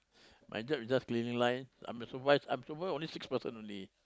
my job is just cleaning line I'm the supervise I supervise only six person only